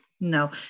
no